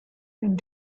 and